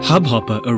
Hubhopper